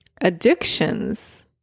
addictions